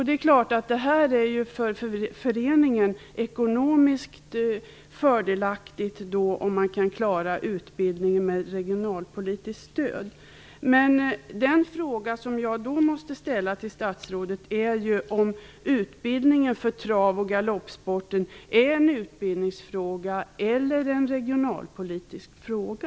Det är klart att det för föreningen är ekonomiskt fördelaktigt om man kan klara utbildningen med regionalpolitiskt stöd. Men den fråga som jag då måste ställa till statsrådet är ju: Är utbildningen för trav och galoppsporten en utbildningsfråga eller en regionalpolitisk fråga?